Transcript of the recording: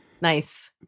Nice